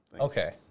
Okay